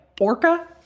orca